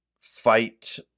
fight